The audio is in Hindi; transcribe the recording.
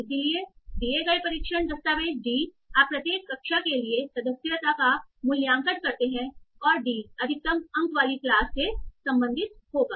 इसलिए दिए गए परीक्षण दस्तावेज़ d आप प्रत्येक कक्षा के लिए सदस्यता का मूल्यांकन करते हैं और d अधिकतम अंक वाली क्लास से संबंधित होगा